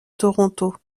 toronto